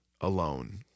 alone